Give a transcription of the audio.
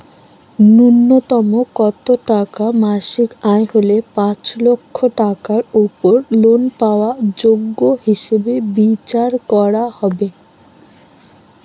ন্যুনতম কত টাকা মাসিক আয় হলে পাঁচ লক্ষ টাকার উপর লোন পাওয়ার যোগ্য হিসেবে বিচার করা হবে?